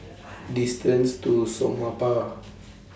distance to Somapah